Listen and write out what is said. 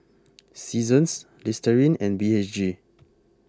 Seasons Listerine and B H G